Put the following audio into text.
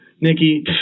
nikki